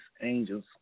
angels